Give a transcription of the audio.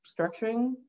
structuring